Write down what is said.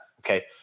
okay